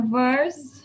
verse